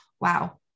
wow